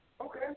Okay